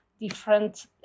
different